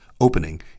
opening